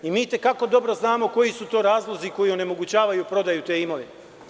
Mi i te kako dobro znamo koji su to razlozi koji onemogućavaju prodaju te imovine.